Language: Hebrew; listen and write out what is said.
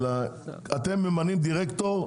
אתם ממנים דירקטור,